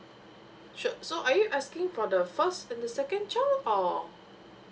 sure so are you asking for the first and the second child or